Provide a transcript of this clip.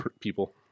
people